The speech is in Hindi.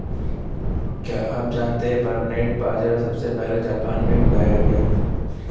क्या आप जानते है बरनार्ड बाजरा सबसे पहले जापान में उगाया गया